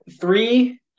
Three